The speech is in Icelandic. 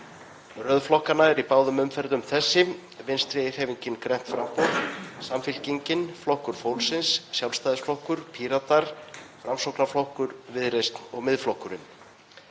Röð flokkanna er í báðum umferðum þessi: Vinstri hreyfingin grænt framboð, Samfylkingin, Flokkur fólksins, Sjálfstæðisflokkur, Píratar, Framsóknarflokkur, Viðreisn og Miðflokkurinn.